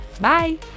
Bye